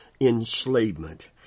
enslavement